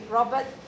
Robert